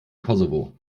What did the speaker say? kosovo